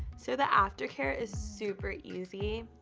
so, the after-care is super easy.